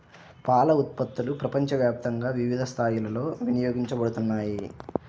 పాల ఉత్పత్తులు ప్రపంచవ్యాప్తంగా వివిధ స్థాయిలలో వినియోగించబడుతున్నాయి